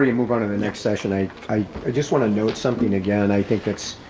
yeah move on to the next session, i i just wanna note something again, i think it's,